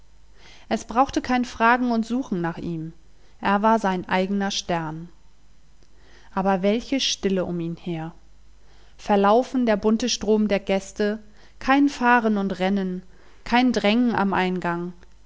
es brauchte kein fragen und suchen nach ihm er war sein eigener stern aber welche stille um ihn her verlaufen der bunte strom der gäste kein fahren und rennen kein drängen am eingang